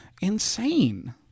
insane